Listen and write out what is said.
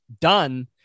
done